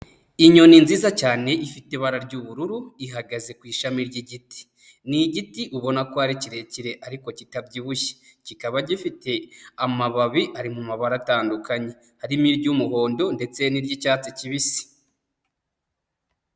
Inyoni nziza cyane ifite ibara ry'ubururu, ihagaze ku ishami ry'igiti. Ni igiti ubona ko ari kirekire ariko kitabyibushye. Kikaba gifite amababi ari mu mabara atandukanye. Harimo iry'umuhondo ndetse n'iry'icyatsi kibisi.